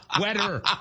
Wetter